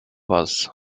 was